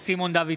סימון דוידסון,